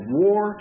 war